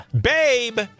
Babe